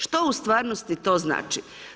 Što u stvarnosti to znači?